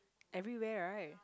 everywhere right